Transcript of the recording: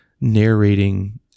narrating